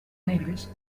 negres